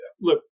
Look